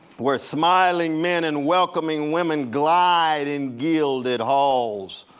where smiling men and welcoming women glide in gilded halls.